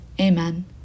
amen